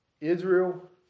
Israel